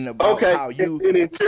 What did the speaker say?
okay